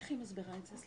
איך היא מסבירה את זה?